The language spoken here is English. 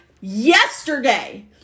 yesterday